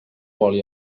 oli